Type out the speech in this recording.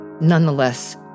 nonetheless